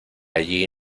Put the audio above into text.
allí